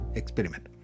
experiment